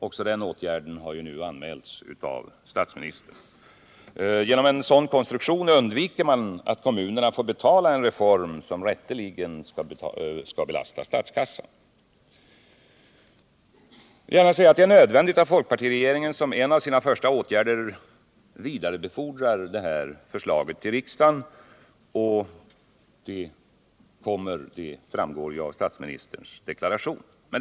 Också den åtgärden har ju nu anmälts av statsministern. Genom en sådan konstruktion undviker man att kommunerna får betala en reform som rätteligen skall belasta statskassan. Det är nödvändigt att folkpartiregeringen som en av sina första åtgärder vidarebefordrar detta förslag till riksdagen, och det kommer också, som framgår av statsministerns deklaration, att bli fallet.